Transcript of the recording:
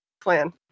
plan